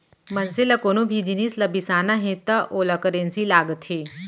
मनसे ल कोनो भी जिनिस ल बिसाना हे त ओला करेंसी लागथे